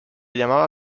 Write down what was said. llamaba